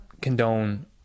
condone